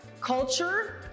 culture